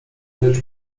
lecz